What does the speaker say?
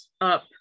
up